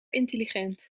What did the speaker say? intelligent